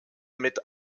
mit